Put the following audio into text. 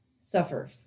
suffer